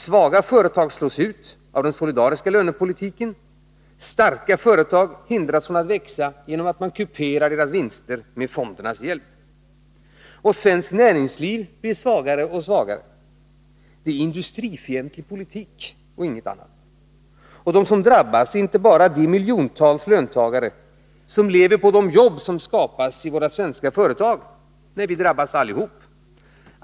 Svaga företag slås ut av den solidariska lönepolitiken, starka företag hindras från att växa genom att man kuperar deras vinster med fondernas hjälp. Svenskt näringsliv blir svagare och svagare. Det är industrifientlig politik och ingenting annat. De som drabbas är inte bara de miljontals löntagare som lever på de jobb som skapas i våra svenska företag. Nej, vi drabbas alla.